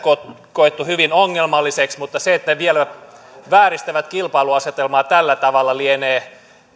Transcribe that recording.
koettu hyvin ongelmalliseksi mutta se että ne vielä vääristävät kilpailuasetelmaa tällä tavalla lienee